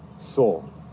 soul